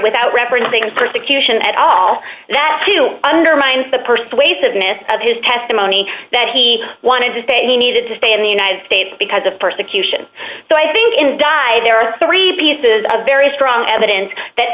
without referencing persecution at all that to undermine the persuasiveness of his testimony that he wanted to say he needed to stay in the united states because of persecution so i think in die there are three pieces of very strong evidence that